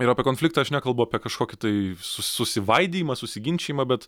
ir apie konfliktą aš nekalbu apie kažkokį tai susi susivaidijimą susiginčijimą bet